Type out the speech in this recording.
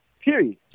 Period